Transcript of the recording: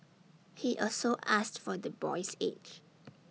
he also asked for the boy's age